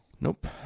Nope